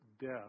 death